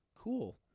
cool